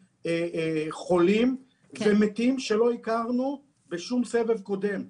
חולים ומתים שלא הכרנו בשום סבב קודם.